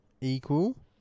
equal